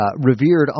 revered